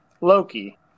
Loki